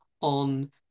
on